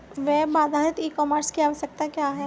Web आधारित e commerce की आवश्यकता क्या है?